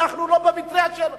אנחנו לא במדינה של אשכנזים.